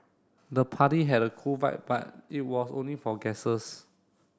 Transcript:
the party had a cool vibe but it was only for guests